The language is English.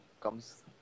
comes